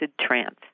trance